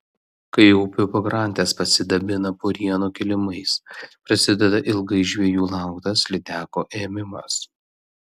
kai upių pakrantės pasidabina purienų kilimais prasideda ilgai žvejų lauktas lydekų ėmimas